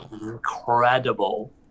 incredible